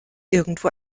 irgendwo